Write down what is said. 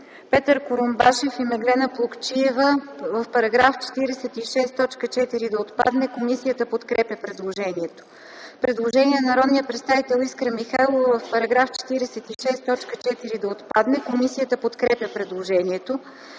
Петър Курумбашев и Меглена Плугчиева – в § 46 т. 4 да отпадне. Комисията подкрепя предложението. Предложение от народния представител Искра Михайлова: в § 46 т. 4 да отпадне. Комисията подкрепя предложението.